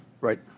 Right